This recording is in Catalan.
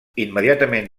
immediatament